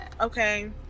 okay